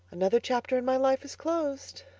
another chapter in my life is closed,